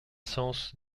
sens